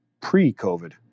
pre-COVID